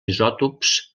isòtops